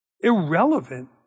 irrelevant